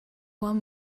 won